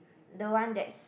the one that's